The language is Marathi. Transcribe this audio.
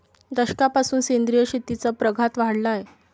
दशकापासून सेंद्रिय शेतीचा प्रघात वाढला आहे